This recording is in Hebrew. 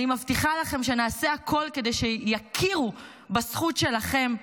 אני מבטיחה לכם שנעשה הכול כדי שיכירו בזכות שלכם,